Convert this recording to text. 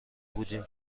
بودیم